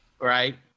right